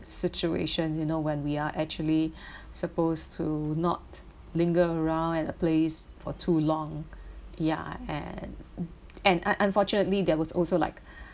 situation you know when we are actually supposed to not linger around at a place for too long ya and and and un~ unfortunately there was also like